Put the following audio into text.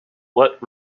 what